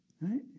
right